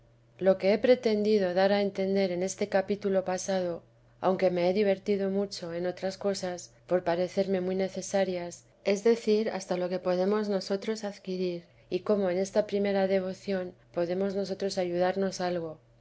lo que he pretendido dar a entender en este capítulo pasado aunque me he divertido mucho en otras cosas por parecerme muy necesarias es decir hasta lo que podemos nosotros adquirir y cómo en esta primera devoción podemos nosotros ayudarnos algo